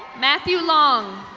matthew long.